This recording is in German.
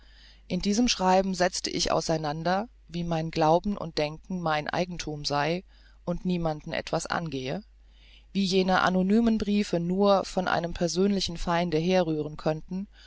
in diesem schreiben setzte ich auseinander wie mein glauben und denken mein eigenthum sei und niemanden etwas angehe wie jene anonymen briefe nur von einem persönlichen feinde herrühren könnten